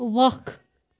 وَق